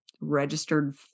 registered